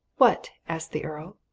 what? asked the earl.